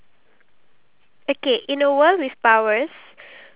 one of the ideal life that you should live